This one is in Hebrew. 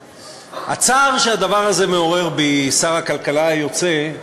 הצער שהדבר הזה מעורר בי, שר הכלכלה היוצא,